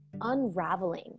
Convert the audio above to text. unraveling